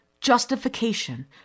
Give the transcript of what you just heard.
justification